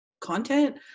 content